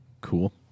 cool